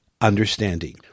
understanding